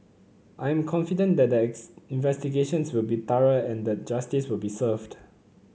I am confident that the investigations will be thorough and that justice will be served